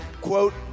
quote